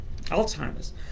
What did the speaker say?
Alzheimer's